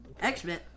X-Men